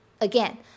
Again